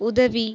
உதவி